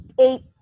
eight